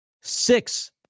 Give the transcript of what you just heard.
six